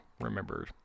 remember